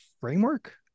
framework